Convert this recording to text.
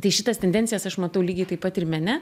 tai šitas tendencijas aš matau lygiai taip pat ir mene